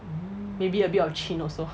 maybe a bit of chin also